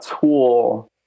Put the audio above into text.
tool